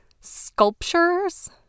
sculptures